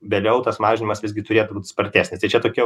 vėliau tas mažinimas visgi turėtų būt spartesnis ir čia tokia